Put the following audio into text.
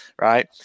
right